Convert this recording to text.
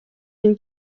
une